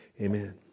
Amen